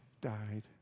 died